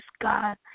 God